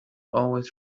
always